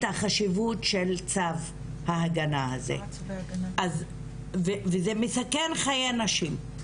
החשיבות של צו ההגנה הזה וזה מסכן חיי נשים,